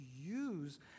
use